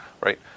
right